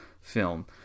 film